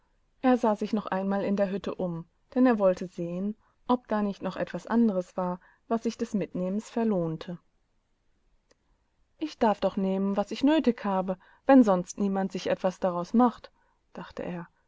er sah sich noch einmal in der hütte um denn er wollte sehen ob da nicht nochetwasandereswar wassichdesmitnehmensverlohnte ichdarfdoch nehmen was ich nötig habe wenn sonst niemand sich etwas daraus macht dachte er